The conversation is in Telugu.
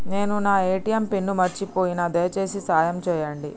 నేను నా ఏ.టీ.ఎం పిన్ను మర్చిపోయిన, దయచేసి సాయం చేయండి